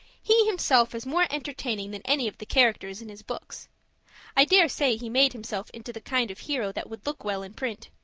he himself is more entertaining than any of the characters in his books i dare say he made himself into the kind of hero that would look well in print.